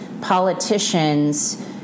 politicians